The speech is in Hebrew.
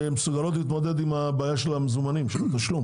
שמסוגלות להתמודד עם הבעיה של התשלום.